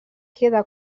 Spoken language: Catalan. queda